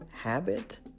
habit